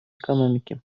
экономики